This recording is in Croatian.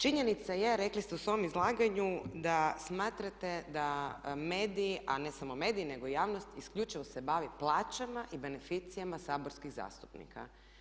Činjenica je rekli ste u svom izlaganju da smatrate da mediji, a ne samo mediji, nego i javnost isključivo se bavi plaćama i beneficijama saborskih zastupnika.